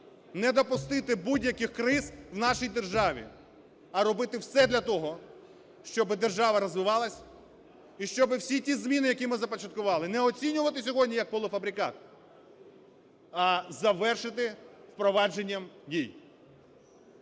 не допустити будь-яких криз в нашій державі, а робити все для того, щоб держава розвивалась, і щоб всі ті зміни, які ми започаткували, не оцінювати сьогодні як полуфабрикат, а завершити впровадженням в дію.